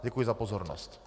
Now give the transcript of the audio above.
Děkuji za pozornost.